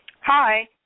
Hi